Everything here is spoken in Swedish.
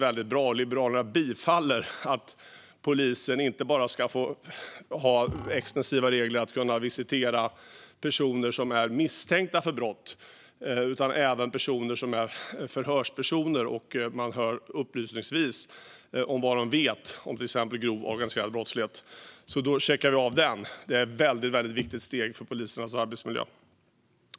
Liberalerna bifaller att polisen inte bara ska få extensiva regler att visitera personer som är misstänkta för brott utan även förhörspersoner som hörs upplysningsvis om vad de vet om till exempel grov organiserad brottslighet. Det är ett viktigt steg för polisernas arbetsmiljö.